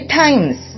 times